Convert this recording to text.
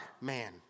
man